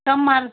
come